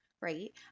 Right